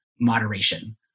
moderation